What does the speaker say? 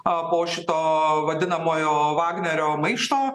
po šito vadinamojo vagnerio maišto